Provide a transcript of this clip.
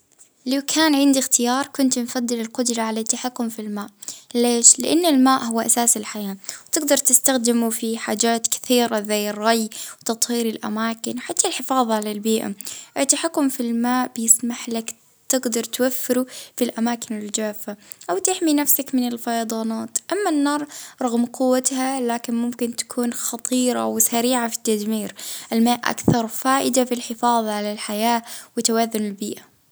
اه نفضل أن نجدر نتحكم بالمية لأن المية حياة وتهدي النيران، ونجدر نواجه بها الحرائق.